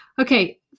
Okay